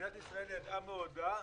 שמדינת ישראל ידעה מאודה,